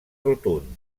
rotund